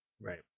Right